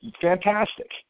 fantastic